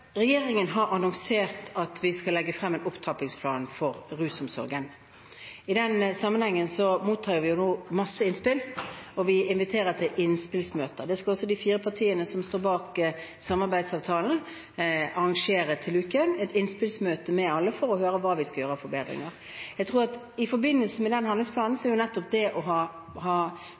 Regjeringen har annonsert at vi skal legge frem en opptrappingsplan for rusomsorgen. I den sammenhengen mottar vi nå masse innspill, og vi inviterer til innspillsmøte. Det skal også de fire partiene som står bak samarbeidsavtalen, arrangere til uken – et innspillmøte med alle for å høre hva vi skal gjøre av forbedringer. I forbindelse med den handlingsplanen